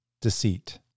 deceit